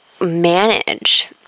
manage